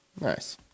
Nice